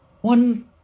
one